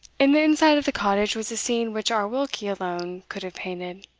in the inside of the cottage was a scene which our wilkie alone could have painted,